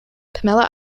pamela